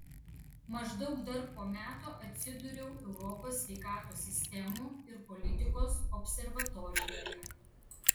maždaug dar po metų atsidūriau europos sveikatos sistemų ir politikos observatorijoje